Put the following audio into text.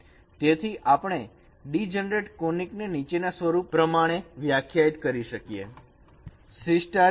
તેથી આપણે degenerate conic ને નીચે ના સ્વરૂપ પ્રમાણે વ્યાખ્યાયિત કરી શકીએ C I